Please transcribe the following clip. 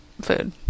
food